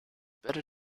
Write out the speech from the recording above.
better